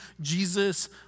Jesus